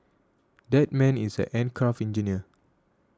that man is an aircraft engineer